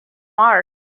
marsh